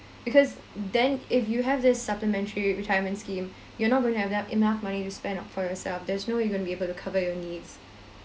because then if you have this supplementary retirement scheme you're not going to have that enough money to spend on for yourself there's no way you are gonna be able to cover your needs